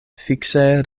fikse